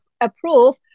approve